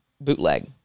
Bootleg